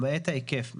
למעט ההיקף,